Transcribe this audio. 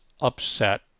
upset